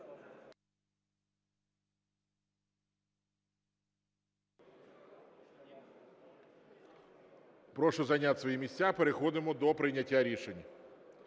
Прошу зайняти свої місця, переходимо до прийняття рішення.